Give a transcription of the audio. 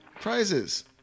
prizes